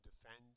defend